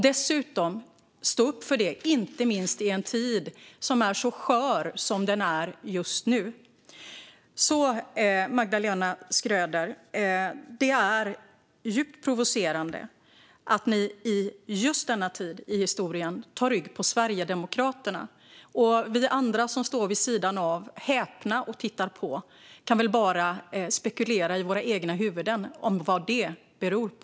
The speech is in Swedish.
Dessutom gäller det att stå upp för det inte minst i en tid som är så skör som den är just nu. Det är djupt provocerande, Magdalena Schröder, att ni i just denna tid i historien tar rygg på Sverigedemokraterna. Vi andra som står häpna vid sidan av och tittar på kan väl bara spekulera i våra egna huvuden om vad det beror på.